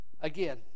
Again